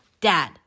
Dad